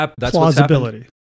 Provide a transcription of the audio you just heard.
plausibility